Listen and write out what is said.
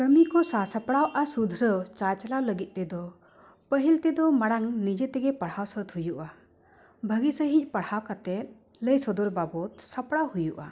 ᱠᱟᱹᱢᱤ ᱠᱚ ᱥᱟᱼᱥᱟᱯᱲᱟᱣ ᱟᱨ ᱥᱩᱫᱷᱨᱟᱹᱣ ᱪᱟᱼᱪᱟᱞᱟᱣ ᱞᱟᱹᱜᱤᱫ ᱛᱮᱫᱚ ᱯᱟᱹᱦᱤᱞ ᱛᱮᱫᱚ ᱢᱟᱲᱟᱝ ᱱᱤᱡᱮ ᱛᱮᱜᱮ ᱯᱟᱲᱦᱟᱣ ᱥᱟᱹᱛ ᱦᱩᱭᱩᱜᱼᱟ ᱵᱷᱟᱜᱤ ᱥᱟᱺᱦᱤᱡ ᱯᱟᱲᱦᱟᱣ ᱠᱟᱛᱮᱫ ᱞᱟᱹᱭ ᱥᱚᱫᱚᱨ ᱵᱟᱵᱚᱛ ᱥᱟᱯᱲᱟᱣ ᱦᱩᱭᱩᱜᱼᱟ